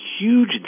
huge